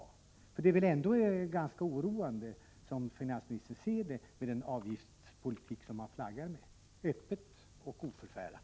Finansministern måste ändå se det som ganska oroande att man flaggar med en sådan här avgiftspolitik, öppet och oförfärat.